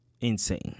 insane